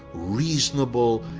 reasonable,